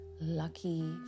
lucky